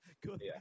good